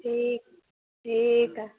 ठीक ठीक है